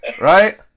Right